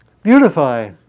Beautify